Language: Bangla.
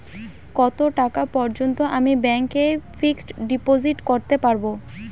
কত টাকা পর্যন্ত আমি ব্যাংক এ ফিক্সড ডিপোজিট করতে পারবো?